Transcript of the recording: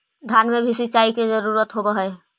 धान मे भी सिंचाई के जरूरत होब्हय?